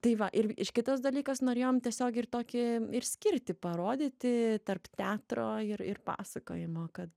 tai va ir kitas dalykas norėjom tiesiog ir tokį ir skirtį parodyti tarp teatro ir ir pasakojimo kad